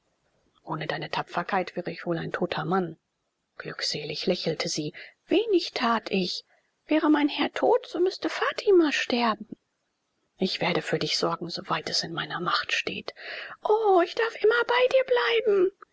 ohne deine tapferkeit wäre ich wohl ein toter mann glückselig lächelte sie wenig tat ich wäre mein herr tot so müßte fatima sterben ich werde für dich sorgen so weit es in meiner macht steht o ich darf immer bei dir bleiben